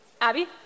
Abby